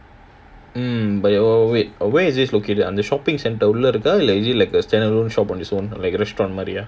mm but ya oh wait where is this located அந்த:antha shopping centre உள்ள இருக்கா:ulla irukkaa is it like the standalone shop like own restaurant மாரியா:maariyaa